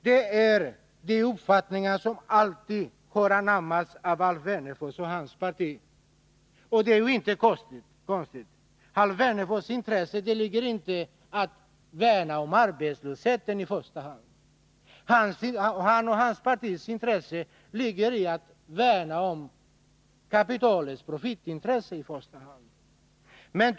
Det är uppfattningar som alltid har anammats av Alf Wennerfors och hans parti, och det är ju inte konstigt. Alf Wennerfors har inget intresse av att i första hand värna om de arbetslösa. Han och hans parti har i stället ett intresse av att värna om kapitalet och profiterna.